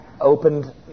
opened